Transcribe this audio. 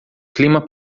clima